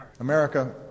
America